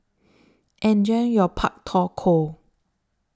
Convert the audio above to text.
Enjoy your Pak Thong Ko